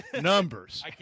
numbers